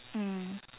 mm